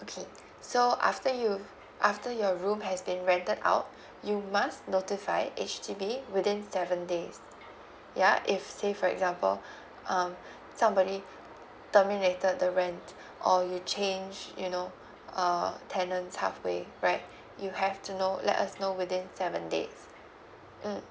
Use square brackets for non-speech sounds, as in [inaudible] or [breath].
okay [breath] so after you after your room has been rented out [breath] you must notify H_D_B within seven days ya if say for example [breath] um [breath] somebody [breath] terminated the rent [breath] or you change you know [breath] uh tenants halfway right [breath] you have to know let us know within seven days mm